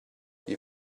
you